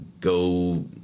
go